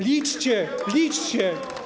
Liczcie, liczcie.